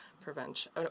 prevention